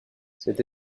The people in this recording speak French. cette